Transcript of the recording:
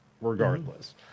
regardless